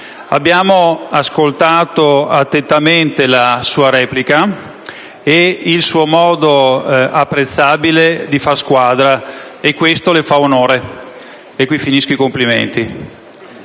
Abbiamo ascoltato attentamente la sua replica e il suo modo apprezzabile di fare squadra, e questo le fa onore. E qui finisco con i complimenti.